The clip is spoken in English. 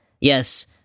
Yes